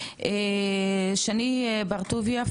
שני בר טוביה,